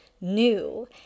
new